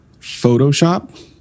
Photoshop